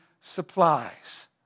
supplies